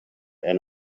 and